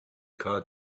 card